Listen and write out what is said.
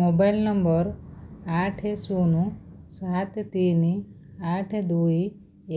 mobile number ଆଠ ଶୂନ ସାତ ତିନି ଆଠ ଦୁଇ